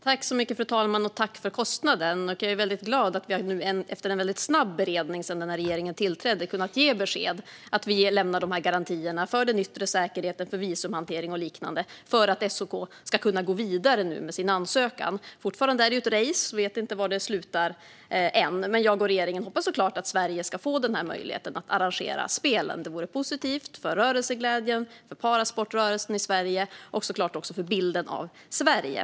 Fru talman! Tack, ledamoten, för frågan om kostnaden! Jag är väldigt glad över att vi efter en mycket snabb beredning sedan regeringen tillträdde har kunnat ge besked om att vi lämnar garantier för den yttre säkerheten, visumhantering och liknande för att SOK nu ska kunna gå vidare med sin ansökan. Fortfarande är det ett race. Vi vet inte var det slutar än, men jag och regeringen hoppas såklart att Sverige ska få möjlighet att arrangera spelen. Det vore positivt för rörelseglädjen, parasportrörelsen i Sverige och förstås också bilden av Sverige.